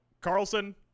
Carlson